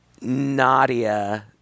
Nadia